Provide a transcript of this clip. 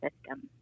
system